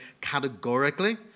categorically